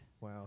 Wow